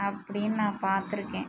அப்படின் நான் பார்த்துருக்கேன்